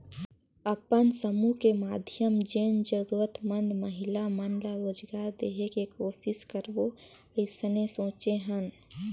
अपन समुह के माधियम जेन जरूरतमंद महिला मन ला रोजगार देहे के कोसिस करबो अइसने सोचे हन